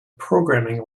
programming